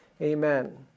Amen